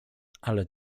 ale